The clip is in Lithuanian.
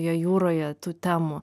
jo jūroje tų temų